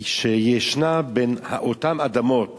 שישנה בין אותן אדמות